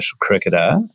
cricketer